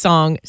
Song